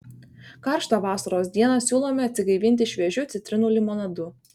karštą vasaros dieną siūlome atsigaivinti šviežiu citrinų limonadu